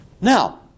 Now